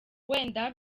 wenda